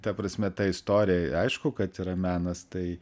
ta prasme ta istorija aišku kad yra menas tai